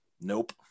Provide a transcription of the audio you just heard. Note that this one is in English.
Nope